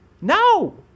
No